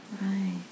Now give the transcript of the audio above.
Right